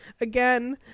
again